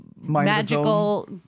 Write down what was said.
magical